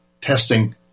testing